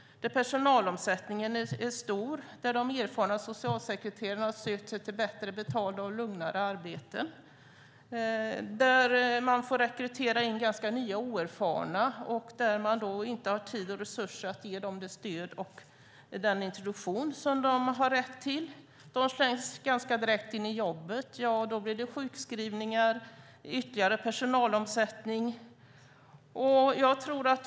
Personalomsättningen är stor. De erfarna socialsekreterarna söker sig till bättre betalda och lugnare arbeten. Man får rekrytera ganska nya och oerfarna personer, och man har inte tid och resurser att ge dem det stöd och den introduktion som de har rätt till. De slängs ganska direkt in i jobbet. Då blir det sjukskrivningar och ytterligare personalomsättning.